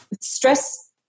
stress